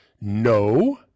No